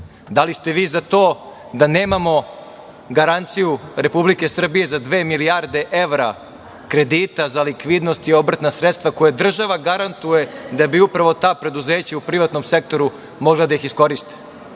Da li ste vi za to da nemamo garanciju Republike Srbije za dve milijarde evra kredita za likvidnost i obrtna sredstva koje država garantuje, da bi upravo ta preduzeća u privatnom sektoru mogla da ih iskoriste?